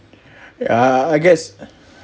uh I guess